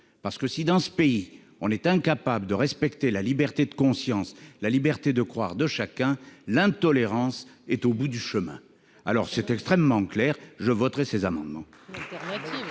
second. Si, dans ce pays, on est incapable de respecter la liberté de conscience et la liberté de croire de chacun, l'intolérance est au bout du chemin. C'est extrêmement clair : je voterai cet amendement.